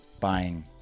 buying